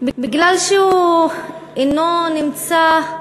בגלל שהוא אינו נמצא,